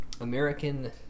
American